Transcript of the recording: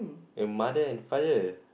the mother and father